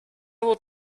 will